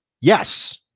yes